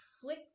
flick